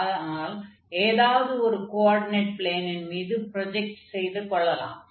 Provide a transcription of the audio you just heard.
ஆனால் ஏதாவது ஒரு கோஆர்டினேட் ப்ளேனின் மீது ப்ரொஜக்ட் செய்து கொள்ளலாம்